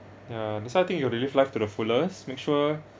ya that's why I think you have to live life to the fullest make sure